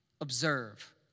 Observe